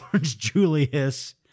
Julius